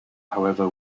however